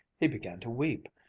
he began to weep,